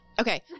Okay